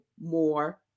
more